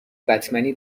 بتمنی